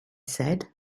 said